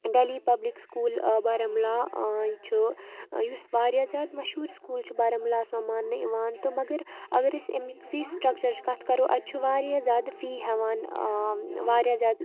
Delhi public school Baramulla چھُ یُس واریاہ زیادٕ مَشہوٗر سکوٗل چھُ بارہمولاہَس منٛز ماننہٕ یِوان تہٕ مگر اگر أسۍ اَمِچ فی سٹرٛکچَرٕچ کَتھ کَرو اَتہِ چھُ واریاہ زیادٕ فی ہٮ۪وام واریاہ زیادٕ